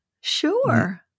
Sure